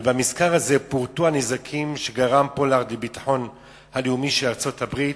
ובמזכר הזה פורטו הנזקים שגרם פולארד לביטחון הלאומי של ארצות-הברית,